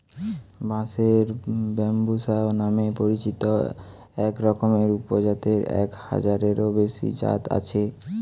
বাঁশের ব্যম্বুসা নামে পরিচিত একরকমের উপজাতের এক হাজারেরও বেশি জাত আছে